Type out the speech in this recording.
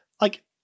Like-